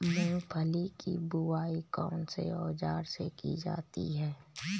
मूंगफली की बुआई कौनसे औज़ार से की जाती है?